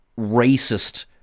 racist